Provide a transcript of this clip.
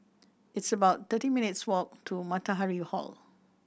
it's about thirty minutes' walk to Matahari Hall